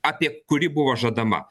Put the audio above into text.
apie kuri buvo žadama